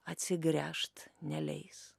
atsigręžt neleis